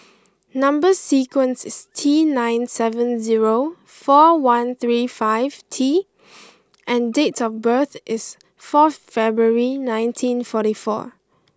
number sequence is T nine seven zero four one three five T and date of birth is fourth February nineteen forty four